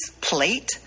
plate